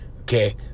okay